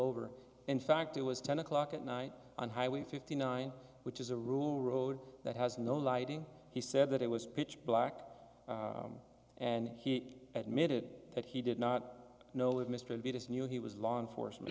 over in fact it was ten o'clock at night on highway fifty nine which is a rural road that has no lighting he said that it was pitch black and he admitted that he did not know if mr vegas knew he was law enforcement